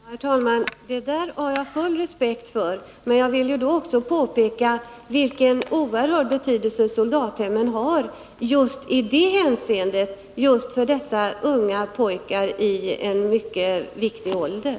Herr talman! Detta har jag full respekt för, men jag vill då också påpeka vilken oerhörd betydelse soldathemmen har just i det hänseendet för dessa unga pojkar i en mycket viktig ålder.